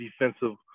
defensive